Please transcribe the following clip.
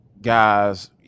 guys